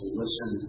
listen